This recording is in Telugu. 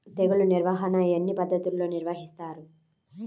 తెగులు నిర్వాహణ ఎన్ని పద్ధతుల్లో నిర్వహిస్తారు?